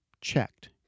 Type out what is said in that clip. checked